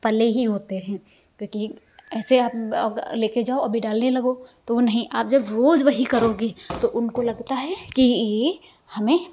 पले ही होते हैं क्योंकि ऐसे आप अगर लेके जाओ अभी डालने लगो तो नहीं आप जब रोज़ वही करोगे तो उनको लगता है कि ये हमें